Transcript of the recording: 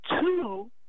two